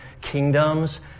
kingdoms